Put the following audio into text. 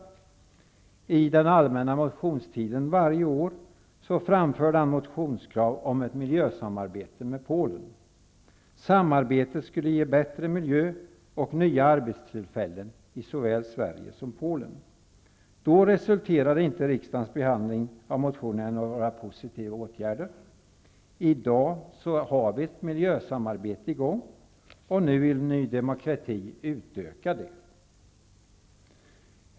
Under den allmänna motionstiden varje år framförde han motionskrav om ett miljösamarbete med Polen. Det samarbetet skulle ge bättre miljö och nya arbetstillfällen i såväl Sverige som Polen. Riksdagens behandling av motionerna resulterade inte då i några positiva åtgärder. I dag har vi ett miljösamarbete i gång, och nu vill Ny demokrati utöka det.